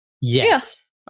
Yes